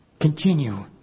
Continue